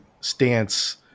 stance